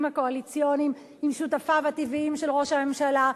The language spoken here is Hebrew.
הקואליציוניים עם שותפיו הטבעיים של ראש הממשלה,